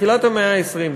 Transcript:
בתחילת המאה ה-20,